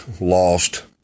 lost